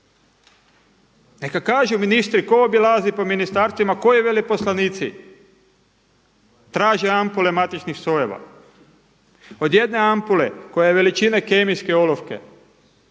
Neka kažu ministri tko obilazi po ministarstvima, koji veleposlanici traže ampule matičnih sojeva. Od jedne ampule koja je veličine kemijske olovke